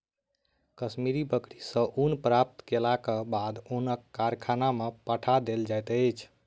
कश्मीरी बकरी सॅ ऊन प्राप्त केलाक बाद ऊनक कारखाना में पठा देल जाइत छै